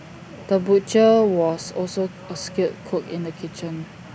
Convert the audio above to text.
the butcher was also A skilled cook in the kitchen